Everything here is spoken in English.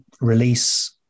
release